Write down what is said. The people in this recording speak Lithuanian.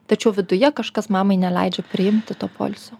tačiau viduje kažkas mamai neleidžia priimti to poilsio